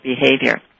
behavior